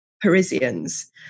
Parisians